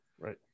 Right